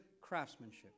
craftsmanship